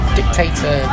dictator